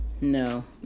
no